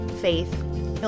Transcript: faith